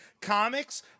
Comics